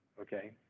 okay